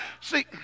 See